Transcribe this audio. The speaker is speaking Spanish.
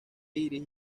iris